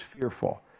fearful